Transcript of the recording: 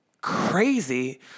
crazy